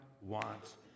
wants